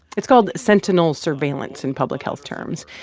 it's called sentinel surveillance in public health terms.